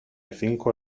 cinco